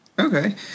Okay